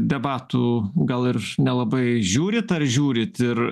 debatų gal ir nelabai žiūrit ar žiūrit ir